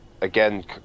again